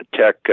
Tech